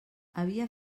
havia